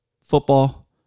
football